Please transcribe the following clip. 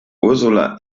ursula